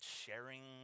sharing